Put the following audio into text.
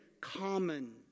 common